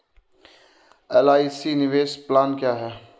LIC निवेश plan क्या है?